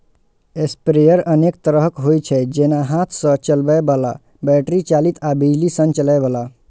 sprayer अनेक तरहक होइ छै, जेना हाथ सं चलबै बला, बैटरी चालित आ बिजली सं चलै बला